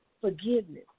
forgiveness